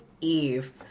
Eve